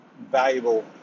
valuable